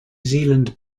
zealand